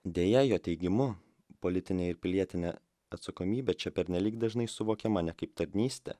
deja jo teigimu politinė ir pilietinė atsakomybė čia pernelyg dažnai suvokiama ne kaip tarnystė